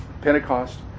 Pentecost